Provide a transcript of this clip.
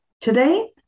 Today